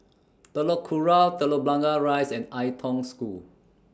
Telok Kurau Telok Blangah Rise and Ai Tong School